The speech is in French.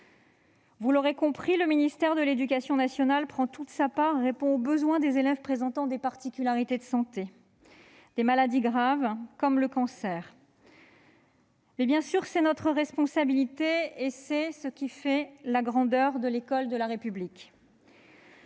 Vous l'aurez compris, le ministère de l'éducation nationale prend toute sa part et répond aux besoins des élèves présentant des particularités de santé ou des maladies graves, comme le cancer. C'est notre responsabilité, bien sûr, et ce qui fait la grandeur de l'école de la République.